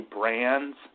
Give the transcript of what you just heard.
brands